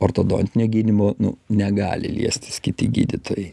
ortodontinio gydymo nu negali liestis kiti gydytojai